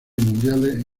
mundiales